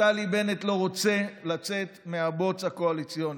נפתלי בנט לא רוצה לצאת מהבוץ הקואליציוני,